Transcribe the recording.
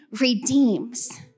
redeems